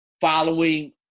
following